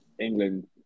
England